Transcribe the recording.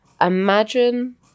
imagine